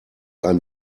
ein